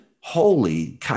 holy